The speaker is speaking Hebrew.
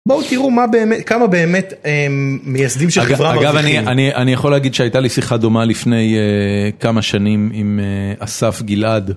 בואו תראו מה באמת כמה באמת מייסדים של חברה.. אגב אני, אני אני יכול להגיד שהייתה לי שיחה דומה לפני כמה שנים עם אסף גלעד.